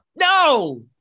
no